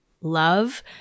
love